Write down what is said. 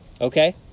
Okay